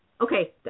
Okay